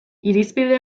irizpide